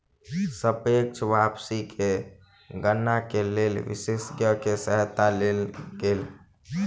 सापेक्ष वापसी के गणना के लेल विशेषज्ञ के सहायता लेल गेल